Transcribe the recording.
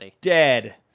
dead